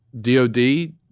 DOD